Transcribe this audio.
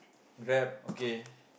rap okay